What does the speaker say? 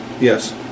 Yes